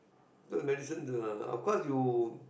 medicine uh of course you